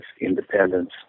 independence